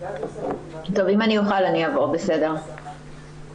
גם עד לרגע זה הוועדה לא קיבלה מספר.